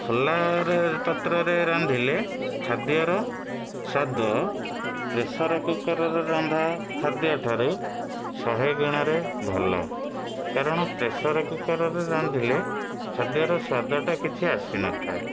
ଖୋଲାରେ ପାତ୍ରରେ ରାନ୍ଧିଲେ ଖାଦ୍ୟର ସ୍ଵାଦ ପ୍ରେସର୍ କୁକର୍ ରନ୍ଧା ଖାଦ୍ୟଠାରୁ ଶହେ ଗୁଣରେ ଭଲ କାରଣ ପ୍ରେସର୍ କୁକର୍ ରେ ରାନ୍ଧିଲେ ଖାଦ୍ୟର ସ୍ଵାଦଟା କିଛି ଆସିନଥାଏ